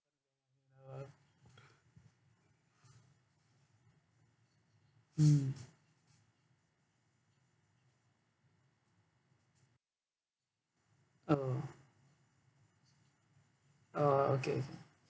uh mm oh oh okay